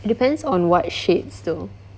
depends on what shades though